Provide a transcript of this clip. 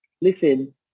listen